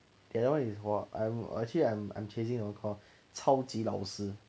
the other one is what I'm actually I'm chasing the one call 超级老师